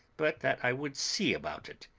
but that i would see about it.